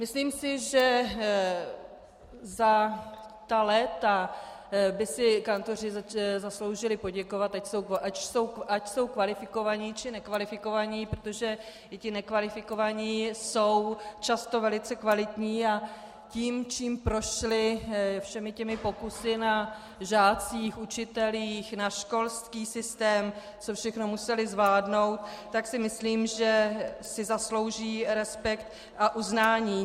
Myslím si, že za ta léta by si kantoři zasloužili poděkovat, ať jsou kvalifikovaní, či nekvalifikovaní, protože ti nekvalifikovaní jsou často velice kvalitní a tím, čím prošli, všemi těmi pokusy na žácích, učitelích, na školském systému, co všechno museli zvládnout, tak si myslím, že si zaslouží respekt a uznání.